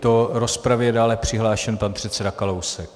Do rozpravy je dále přihlášen pan předseda Kalousek.